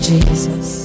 Jesus